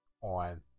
on